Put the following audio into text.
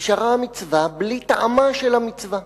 נשארה המצווה בלי טעמה של המצווה.